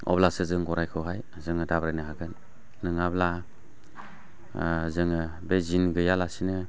अब्लासो जोङो गराइखौहाय जोङो दाब्रायनो हागोन नङाब्ला जोङो बे जिन गैयालासेनो